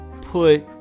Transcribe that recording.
put